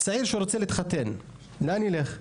צעיר שרוצה להתחתן לאן הוא ילך?